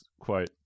quote